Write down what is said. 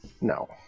No